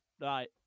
Right